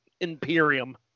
Imperium